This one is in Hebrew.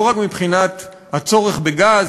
לא רק מבחינת הצורך בגז,